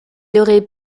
aurait